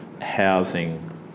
housing